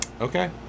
okay